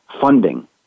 funding